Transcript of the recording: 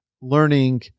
learning